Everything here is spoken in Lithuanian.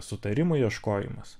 sutarimo ieškojimas